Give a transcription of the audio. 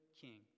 king